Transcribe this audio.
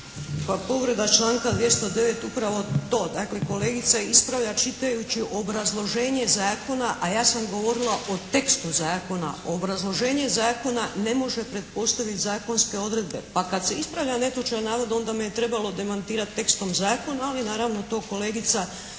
Pa povreda članka 209. upravo to, dakle kolegica ispravlja čitajući obrazloženje zakona, a ja sam govorila o tekstu zakona. Obrazloženje zakona ne može pretpostaviti zakonske odredbe pa kada se ispravlja netočan navod onda me je trebalo demantirati tekstom zakona, ali naravno to kolegica